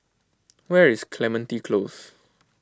where is Clementi Close